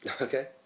Okay